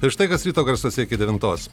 ir štai kas ryto garsai iki devintos